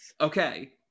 okay